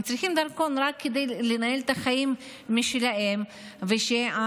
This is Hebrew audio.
הם צריכים דרכון רק כדי לנהל את החיים שלהם ושהדרכון